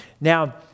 Now